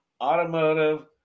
Automotive